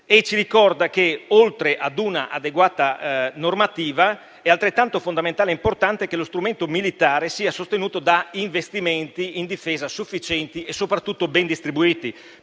ci ricorda che, oltre ad una adeguata normativa, è altrettanto fondamentale e importante che lo strumento militare sia sostenuto da investimenti in difesa sufficienti e soprattutto ben distribuiti.